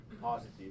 positive